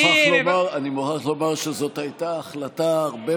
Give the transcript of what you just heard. אני מוכרח לומר שזאת הייתה החלטה הרבה